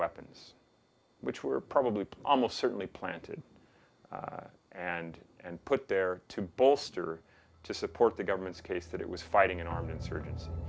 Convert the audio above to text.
weapons which were probably almost certainly planted and and put there to bolster to support the government's case that it was fighting an armed insurgents